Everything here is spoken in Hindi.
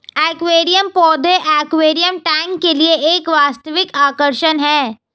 एक्वेरियम पौधे एक्वेरियम टैंक के लिए एक वास्तविक आकर्षण है